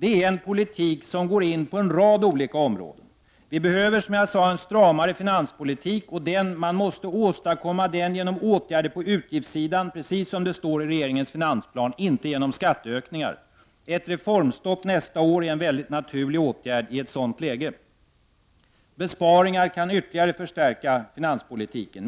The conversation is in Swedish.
är en politik som går in på en rad olika områden. Som jag sade tidigare behöver vi en stramare finanspolitik. Den måste man åstadkomma genom åtgärder på utgiftssidan — precis som det står i regeringens finansplan — inte genom skatteökningar. Ett reformstopp nästa år är en helt naturlig åtgärd i ett sådant läge. Besparingar kan ytterligare förstärka finanspolitiken.